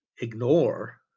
ignore